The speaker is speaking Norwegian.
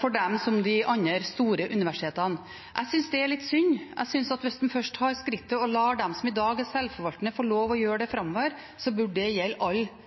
for dem som for de andre, store universitetene. Jeg synes det er litt synd. Jeg synes at hvis en først tar skrittet og lar dem som i dag er sjølforvaltende, få lov til å gjøre det framover, bør det gjelde alle